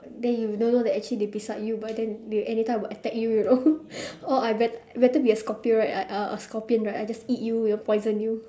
then you don't know that they actually beside you but then they anytime will attack you you know or I bet better be a scorpio right a a a scorpion right I just eat you you know poison you